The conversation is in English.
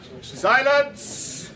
Silence